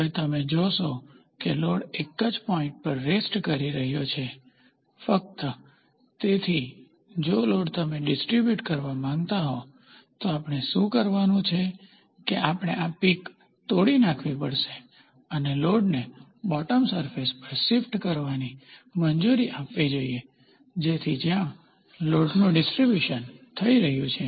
હવે તમે જોશો કે લોડ એક જ પોઈન્ટ પર રેસ્ટ કરી રહ્યો છે ફક્ત તેથી જો લોડ તમે ડીસ્ટ્રીબ્યુટ કરવા માંગતા હો તો આપણે શું કરવાનું છે કે આપણે આ પીક તોડી નાખવી પડશે અને લોડને બોટમ સરફેસ પર શીફ્ટ કરવાની મંજૂરી આપવી જોઈએ જેથી જ્યાં લોડનું ડીસ્ટ્રીબ્યુશન થઈ રહ્યું છે